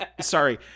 sorry